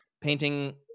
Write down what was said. painting